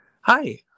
Hi